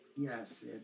Yes